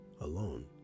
alone